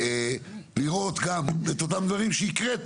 לראות את אותם דברים שהקראת,